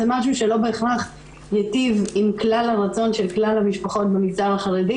זה משהו שלא בהכרח ייטיב עם כלל הרצון של כלל המשפחות במגזר החרדי,